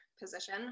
position